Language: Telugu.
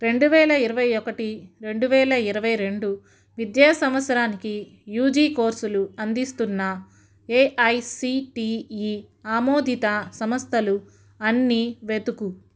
రెండు వేల ఇరవై ఒకటి రెండు వేల ఇరవై రెండు విద్యా సంవత్సరానికి యూజీ కోర్సులు అందిస్తున్న ఏఐసిటిఈ ఆమోదిత సంస్థలు అన్నీ వెతుకు